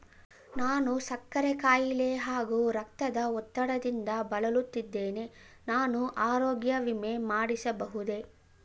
ನಾನು ಸಕ್ಕರೆ ಖಾಯಿಲೆ ಹಾಗೂ ರಕ್ತದ ಒತ್ತಡದಿಂದ ಬಳಲುತ್ತಿದ್ದೇನೆ ನಾನು ಆರೋಗ್ಯ ವಿಮೆ ಮಾಡಿಸಬಹುದೇ?